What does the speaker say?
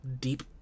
deep